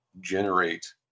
generate